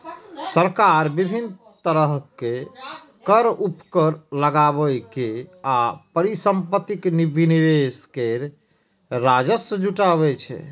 सरकार विभिन्न तरहक कर, उपकर लगाके आ परिसंपत्तिक विनिवेश कैर के राजस्व जुटाबै छै